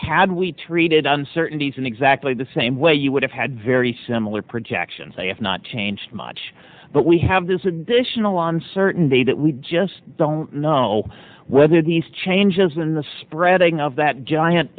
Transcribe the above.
had we treated uncertainties in exactly the same way you would have had very similar projections they have not changed much but we have this additional on certain days that we just don't know whether these changes in the spreading of that giant